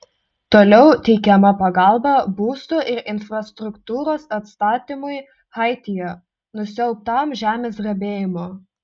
toliau teikiama pagalba būstų ir infrastruktūros atstatymui haityje nusiaubtam žemės drebėjimo